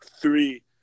Three